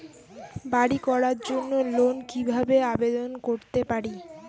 বাড়ি করার জন্য লোন কিভাবে আবেদন করতে পারি?